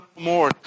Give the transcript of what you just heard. more